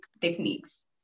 techniques